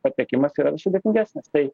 patekimas yra sudėtingesnis tai